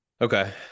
Okay